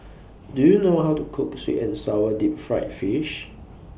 Do YOU know How to Cook Sweet and Sour Deep Fried Fish